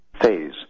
phase